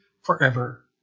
forever